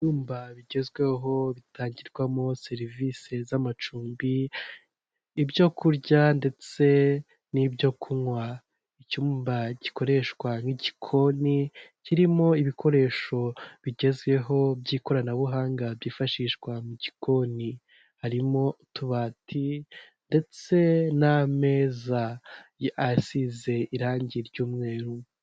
Ibyumba bigezweho bitangirwamo serivisi z'amacumbi; ibyo kurya ndetse n'ibyo kunywa; icyumba gikoreshwa nk'igikoni kirimo ibikoresho bigezweho by'ikoranabuhanga byifashishwa mu gikoni; harimo utubati ndetse n'ameza asize irangi ry'umweru.